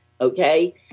Okay